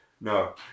no